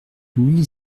mille